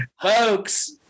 Folks